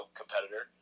competitor